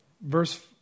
verse